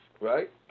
Right